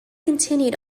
continued